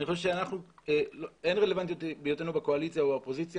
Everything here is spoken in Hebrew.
אני חושב שאין רלוונטיות בהיותנו בקואליציה או באופוזיציה,